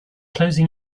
closing